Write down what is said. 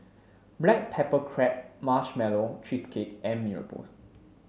Black Pepper Crab Marshmallow Cheesecake and Mee Rebus